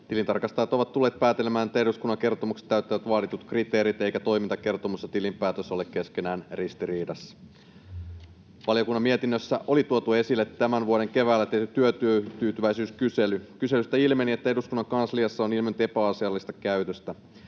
Tilintarkastajat ovat tulleet päätelmään, että eduskunnan kertomukset täyttävät vaaditut kriteerit eivätkä toimintakertomus ja tilinpäätös ole keskenään ristiriidassa. Valiokunnan mietinnössä oli tuotu esille tämän vuoden keväällä tehty työtyytyväisyyskysely. Kyselystä ilmeni, että eduskunnan kansliassa on ilmennyt epäasiallista käytöstä.